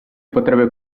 potrebbe